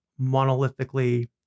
monolithically